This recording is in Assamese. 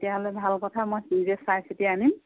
তেতিয়াহ'লে ভাল কথা মই নিজে চাই চিটি আনিম